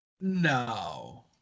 No